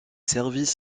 services